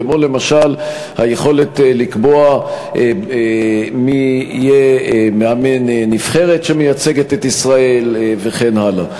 כמו למשל היכולת לקבוע מי יהיה מאמן נבחרת שמייצגת את ישראל וכן הלאה.